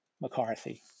McCarthy